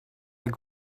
like